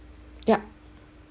yup